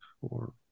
four